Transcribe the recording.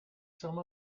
some